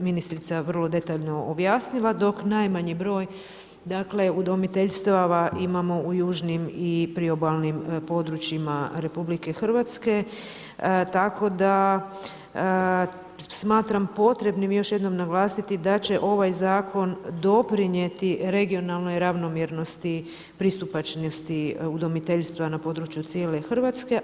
ministrica vrlo detaljno objasnila, dok najmanji broj, dakle, udomiteljstava imamo u južnim i priobalnim područjima RH, tako da smatram potrebnim još jednom naglasiti da će ovaj zakon doprinijeti regionalnoj ravnomjernosti, pristupačnosti udomiteljstva na području cijele Hrvatske.